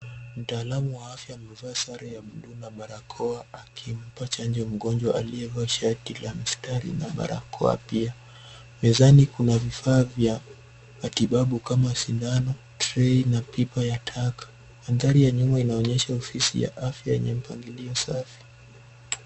Mtaalamu wa afya amevaa sare ya bluu na barakoa akimpa chanjo mgonjwa aliyevaa shati la mistari na barakoa pia. Mezani kuna vifaa vya matibabu kama sindano, treyi na pipa ya taka. Mandhari ya nyuma inaonyesha ofisi ya afya yenye mpangilio safi.